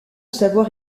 savoir